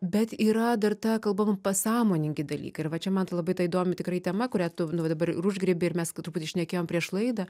bet yra dar ta kalbam pasąmoningi dalykai ir va čia man tai labai ta įdomi tikrai tema kurią tu dabar ir užgriebi ir mes truputį šnekėjom prieš laidą